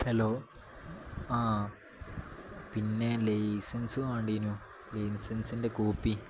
hello ആ പിന്നെ license വേണ്ടീനു ലൈസൻസിൻ്റെ കോപ്പി